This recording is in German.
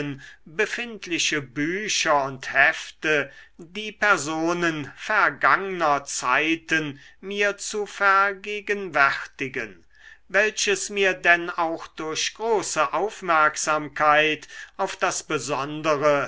befindliche bücher und hefte die personen vergangner zeiten mir zu vergegenwärtigen welches mir denn auch durch große aufmerksamkeit auf das besondere